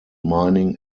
mining